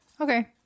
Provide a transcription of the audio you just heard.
okay